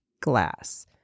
glass